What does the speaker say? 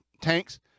tanks